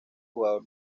jugador